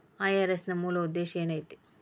IRS ನ ಮೂಲ್ ಉದ್ದೇಶ ಏನೈತಿ?